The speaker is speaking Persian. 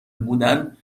بودن